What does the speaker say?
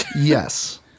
Yes